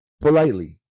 politely